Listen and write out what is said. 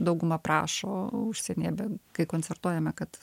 dauguma prašo užsienyje be kai koncertuojame kad